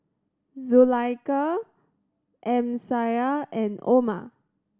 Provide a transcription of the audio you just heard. Zulaikha Amsyar and Omar